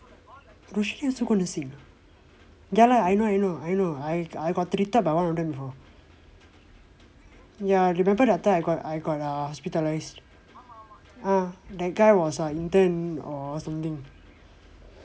roshika also go nursing ah ya lah I know I know I know I I got treated by one of them before ya remember that time I got I got err hospitalised ah the guy was a intern or something